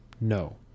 No